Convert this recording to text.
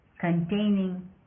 containing